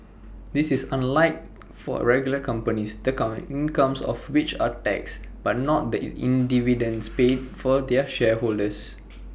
this is unlike for regular companies the come incomes of which are taxed but not the dividends paid for their shareholders